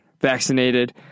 vaccinated